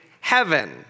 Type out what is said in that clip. heaven